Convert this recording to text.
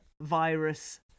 virus